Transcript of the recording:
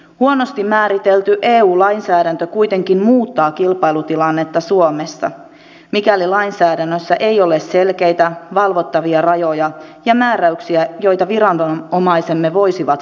huonosti määritelty eu lainsäädäntö kuitenkin muuttaa kilpailutilannetta suomessa mikäli lainsäädännössä ei ole selkeitä valvottavia rajoja ja määräyksiä joita viranomaisemme voisivat valvoa